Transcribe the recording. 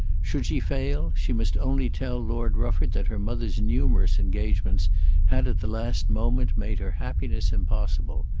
should she fail she must only tell lord rufford that her mother's numerous engagements had at the last moment made her happiness impossible.